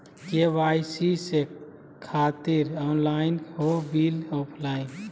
KYC से खातिर online हो बिल ऑफलाइन?